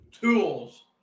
Tools